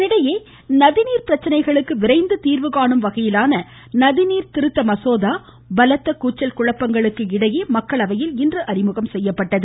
இதனிடையே நதிநீர் பிரச்சினைகளுக்கு விரைந்து தீர்வு காணும் வகையிலான நதிநீர் திருத்த மசோதா பலத்த கூச்சல் குழப்பங்களுக்கு இடையே இன்று மக்களவையில் அறிமுகம் செய்யப்பட்டது